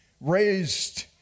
raised